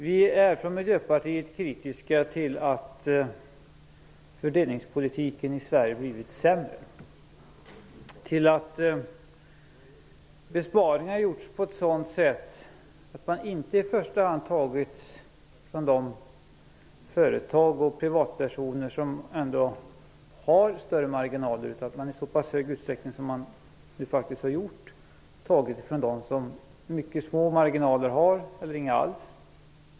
Vi är från Miljöpartiet kritiska till att fördelningspolitiken i Sverige blivit sämre, till att besparingar gjorts på ett sådant sätt att man inte i första hand tagit från de företag och privatpersoner som ändå har större marginaler, att man i så stor utsträckning tagit från dem som har mycket små marginaler eller inga alls.